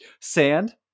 Sand